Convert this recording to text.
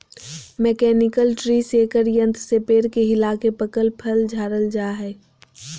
mechanical tree shaker यंत्र से पेड़ के हिलाके पकल फल झारल जा हय